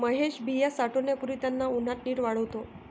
महेश बिया साठवण्यापूर्वी त्यांना उन्हात नीट वाळवतो